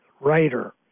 writer